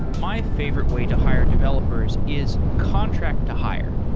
my favorite way to hire developers is contract to hire.